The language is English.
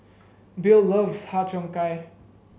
Bill loves Har Cheong Gai